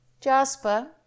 Jasper